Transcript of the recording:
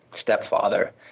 stepfather